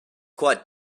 quite